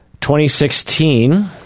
2016